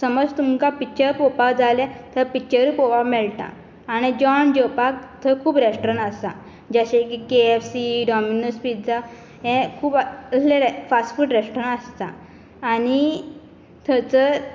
समज तुमकां पिक्चर पळोवपा जाय जाल्यार थंय पिक्चरूय पळोवपा मेळटा आनी जेवण जेवपाक थंय खूब रॅस्ट्रॉरेंट आसा जैसे की केएफसी डॉमनोज पिज्जा हे खूब असले रॅ फास्ट फूड रॅस्ट्रॉरंट आसता आनी थंयसर